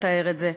לתאר את זה,